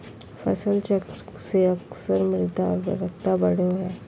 फसल चक्र से अक्सर मृदा उर्वरता बढ़ो हइ